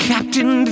captain